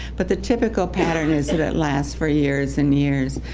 but the typical pattern is that it lasts for years and years.